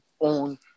own